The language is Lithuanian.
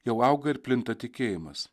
jau auga ir plinta tikėjimas